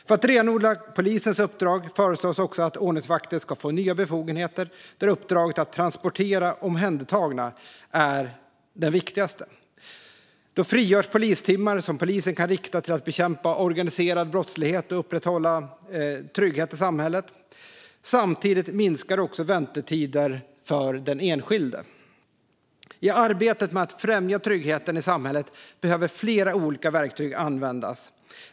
För att renodla polisens uppdrag föreslås också att ordningsvakter ska få nya befogenheter, där uppdraget att transportera omhändertagna är den viktigaste. Då frigörs polistimmar som polisen kan använda för att bekämpa organiserad brottslighet och upprätthålla trygghet i samhället. Samtidigt minskar också väntetiden för den enskilde. I arbetet för att främja tryggheten i samhället behöver flera olika verktyg användas.